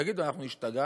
תגידו, אנחנו השתגענו?